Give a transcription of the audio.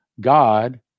God